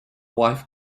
wife